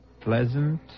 pleasant